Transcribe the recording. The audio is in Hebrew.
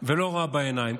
ולא רואה בעיניים.